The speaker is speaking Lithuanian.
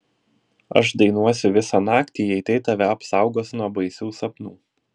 aš dainuosiu visą naktį jei tai tave apsaugos nuo baisių sapnų